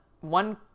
one